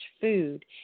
food